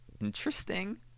interesting